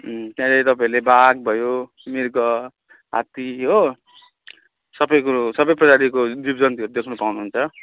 त्यहाँनेर तपाईँहरूले बाघ भयो मृग हात्ती हो सबै कुरो सबै प्रजातिको जीव जन्तुहरू देख्नु पाउनु हुन्छ